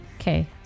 Okay